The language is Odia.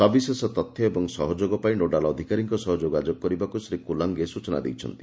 ସବିଶେଷ ତଥ୍ୟ ଏବଂ ସହଯୋଗ ପାଇଁ ନୋଡାଲ ଅଧିକାରୀଙ୍ଙ ସହ ଯୋଗାଯୋଗ କରିବାକୁ ଶ୍ରୀ କୁଲାଙେ ସୂଚନା ଦେଇଛନ୍ତି